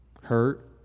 Hurt